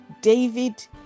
David